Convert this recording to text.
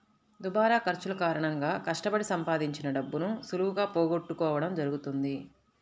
దుబారా ఖర్చుల కారణంగా కష్టపడి సంపాదించిన డబ్బును సులువుగా పోగొట్టుకోడం జరుగుతది